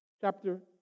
Chapter